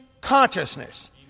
consciousness